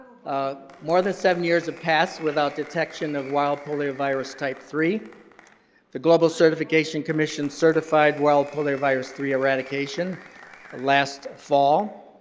ah more than seven years have passed without detection of wild poliovirus type three the global certification commission certified wild poliovirus three eradication last fall,